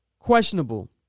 Questionable